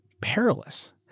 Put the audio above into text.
perilous